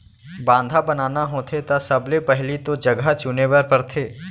बांधा बनाना होथे त सबले पहिली तो जघा चुने बर परथे